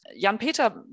Jan-Peter